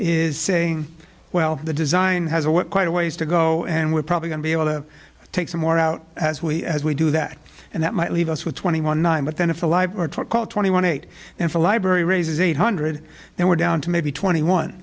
is saying well the design has a what quite a ways to go and we're probably going to be able to take some more out as we as we do that and that might leave us with twenty one nine but then if the library call twenty one eight and the library raises eight hundred and we're down to maybe twenty one